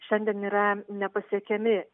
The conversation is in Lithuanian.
šiandien yra nepasiekiami